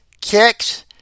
Kicks